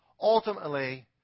ultimately